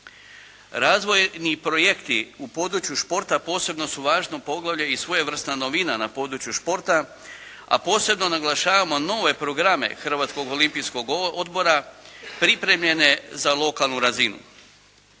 Razvojni projekti u području športa posebno su važno poglavlje i svojevrsna novina na području športa, a posebno naglašavamo nove programe Hrvatskog olimpijskog odbora pripremljene za lokalnu razinu.